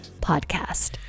Podcast